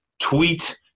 tweet